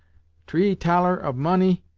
tree thaler of money,